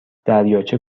دریاچه